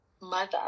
mother